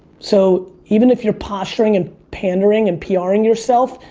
so even if you're posturing, and pandering, and pr-ing yourself,